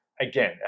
again